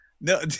no